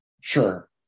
sure